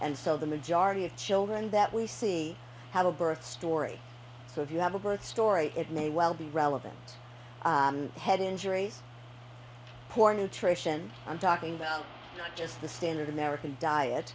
and so the majority of children that we see had a birth story so if you have a birth story it may well be relevant head injuries poor nutrition i'm talking about not just the standard american